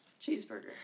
Cheeseburger